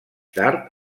tard